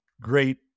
great